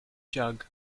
jug